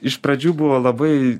iš pradžių buvo labai